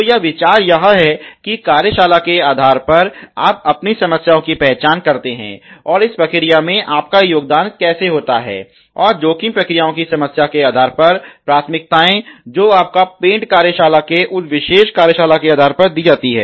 तो यह विचार यह है कि कार्यशाला के आधार पर आप अपनी समस्याओं की पहचान करते हैं और इस प्रक्रिया में आपका योगदान कैसे होता है और जोखिम प्राथमिकताओं की संख्या के आधार पर प्राथमिकताएं जो आपको पेंट कार्यशाला के लिए उस विशेष कार्यशाला के आधार पर दी जाती हैं